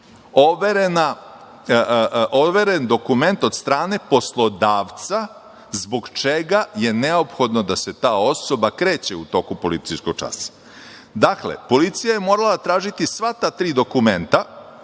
overen dokument od strane poslodavca zbog čega je neophodno da se ta osoba kreće u toku policijskog časa. Dakle, policija je morala tražiti sva ta tri dokumenta